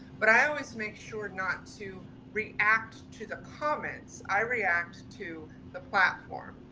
but i always make sure not to react to the comments i react to the platform.